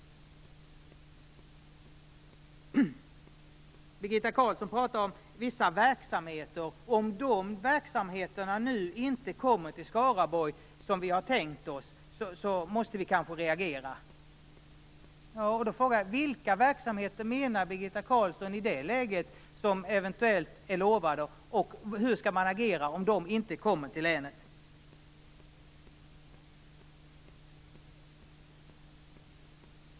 Birgitta Carlsson talade om vissa verksamheter. Om de verksamheterna nu inte kommer till Skaraborg som vi har tänkt oss måste vi kanske reagera. Då är frågan: Vilka verksamheter menar Birgitta Carlsson i det läget eventuellt är lovade? Hur skall man agera om de inte kommer till länet?